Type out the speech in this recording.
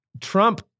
Trump